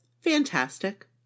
fantastic